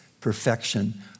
perfection